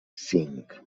cinc